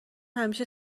همیشه